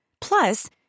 Plus